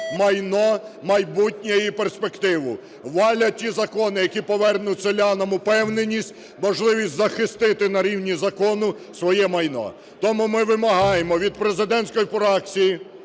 майно, майбутнє і перспективу. Валять ті закони, які повернуть селянам впевненість, можливість захистити на рівні закону своє майно. Тому ми вимагаємо від президентської фракції